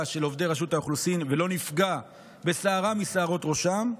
של עובדי רשות האוכלוסין ולא נפגע בשערה משערות ראשם,